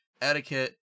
etiquette